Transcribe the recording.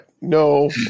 No